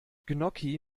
gnocchi